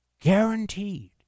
Guaranteed